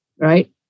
right